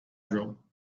drill